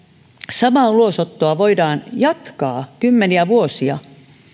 samaa ulosottoa voidaan jatkaa kymmeniä vuosia